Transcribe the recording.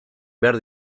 behar